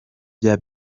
bya